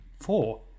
Four